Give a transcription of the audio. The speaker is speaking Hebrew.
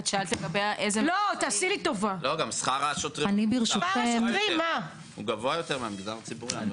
לא, גם שכר השוטרים הוא גבוה יותר מהמגזר הציבורי.